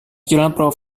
journals